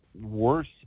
worse